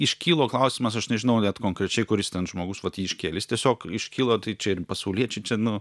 iškilo klausimas aš nežinau net konkrečiai kuris ten žmogus vat jį iškėlė jis tiesiog iškilo tai čia ir pasauliečiai čia nu